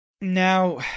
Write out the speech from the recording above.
Now